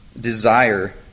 desire